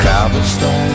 Cobblestone